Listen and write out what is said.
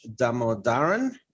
Damodaran